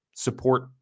support